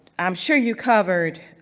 i'm sure you covered